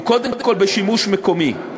הוא קודם כול בשימוש מקומי.